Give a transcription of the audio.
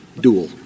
dual